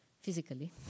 physically